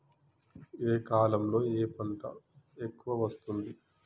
ఏ కాలంలో ఏ పంట ఎక్కువ వస్తోంది?